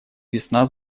весна